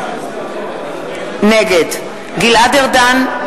נגד גלעד ארדן,